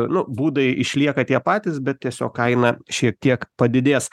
nu būdai išlieka tie patys bet tiesiog kaina šiek tiek padidės